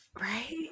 right